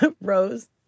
Rose